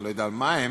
אני לא יודע על מה הם,